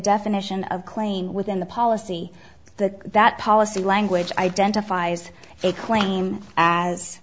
definition of claim within the policy the that policy language identifies a claim as